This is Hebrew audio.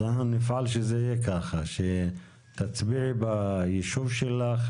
אז אנחנו נפעל שזה יהיה כך, שתצביעי ביישוב שלך,